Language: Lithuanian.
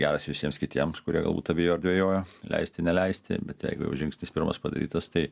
geras visiems kitiems kurie galbūt abejo ar dvejojo leisti neleisti bet jeigu jau žingsnis pirmas padarytas tai